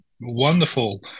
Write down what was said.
wonderful